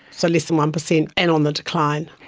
so less than one percent and on the decline.